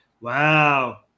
wow